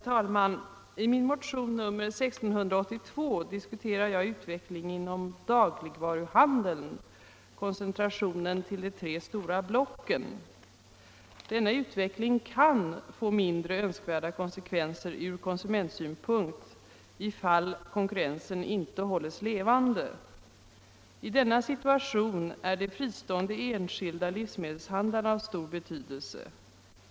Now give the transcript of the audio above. Herr talman! I min motion nr 1682 diskuterar jag utvecklingen inom dagligvaruhandeln och koncentrationen till de tre stora blocken. Denna utveckling kan få mindre önskvärda konsekvenser ur konsumentsynpunkt ifall konkurrensen inte hålls levande. I denna situation är de fristående enskilda livsmedelshandlarna av stor betydelse.